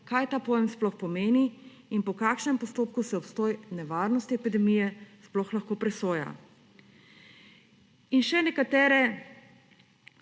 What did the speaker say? kaj ta pojem sploh pomeni in po kakšnem postopku se obstoj nevarnosti epidemije sploh lahko presoja. In še nekaterim